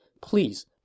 please